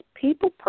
people